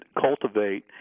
cultivate